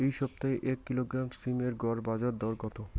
এই সপ্তাহে এক কিলোগ্রাম সীম এর গড় বাজার দর কত?